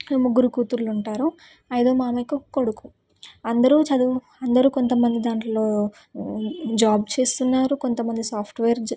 ముగ్గురు కూతూళ్ళు ఉంటారు ఐదో మామయ్యకి ఒక కొడుకు అందరూ చదువు అందరూ కొంతమంది దాంట్లో జాబ్ చేస్తున్నారు కొంతమంది సాఫ్ట్వేర్ జా